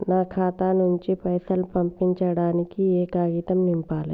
నా ఖాతా నుంచి పైసలు పంపించడానికి ఏ కాగితం నింపాలే?